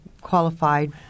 qualified